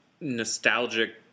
nostalgic